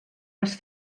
les